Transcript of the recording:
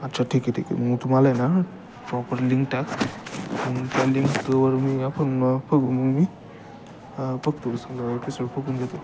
अच्छा ठीक आहे ठीक आहे मग तू मला आहे ना प्रॉपर लिंक टाक मग त्या लिंकवर मी आपण मग बघू मग मी बघतो समजा ऑफिसवर बघून घेतो